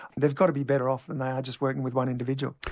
they've got to be better off than they are just working with one individual.